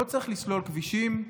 לא צריך לסלול כבישים?